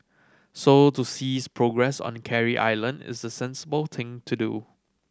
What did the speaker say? so to cease progress on Carey Island is the sensible thing to do